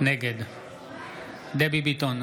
נגד דבי ביטון,